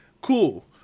Cool